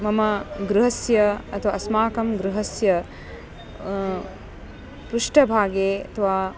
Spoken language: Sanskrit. मम गृहस्य अथवा अस्माकं गृहस्य पृष्ठभागे अथवा